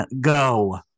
go